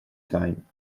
time